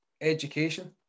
education